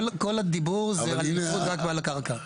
כל הדיבור זה על תכנון מעל הקרקע.